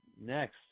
Next